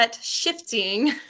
shifting